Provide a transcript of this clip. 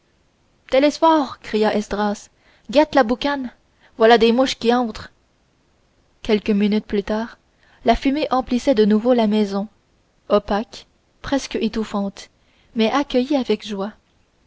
télesphore cria esdras guette la boucane voilà les mouches qui rentrent quelques minutes plus tard la fumée emplissait de nouveau la maison opaque presque étouffante mais accueillie avec joie